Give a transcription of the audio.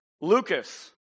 Lucas